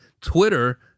Twitter